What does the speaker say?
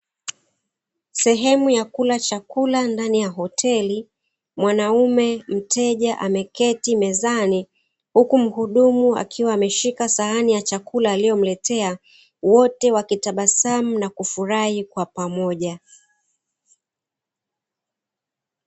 Sehemu ya kula chakula ndani ya hoteli, mwanaume mteja ameketi mezani huku mhudumu akiwa ameshika sahani ya chakula aliyomletea wote wakitabasamu na kufurahi kwapamoja.